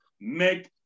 make